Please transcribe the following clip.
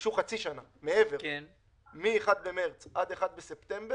ביקשו חצי שנה מעבר מ-1 במרץ עד 1 בספטמבר.